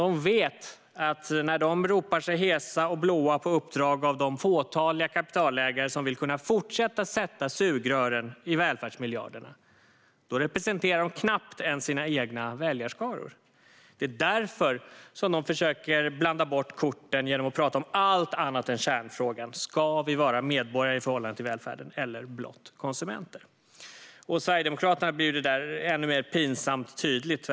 De vet att när de ropar sig hesa och blå på uppdrag av de fåtaliga kapitalägare som vill kunna fortsätta sätta sugrören i välfärdsmiljarderna representerar de knappt ens sina egna väljarskaror. Det är därför de försöker blanda bort korten genom att prata om allt annat än kärnfrågan: Ska vi vara medborgare i förhållande till välfärden eller blott konsumenter? Hos Sverigedemokraterna blir det där ännu mer pinsamt tydligt.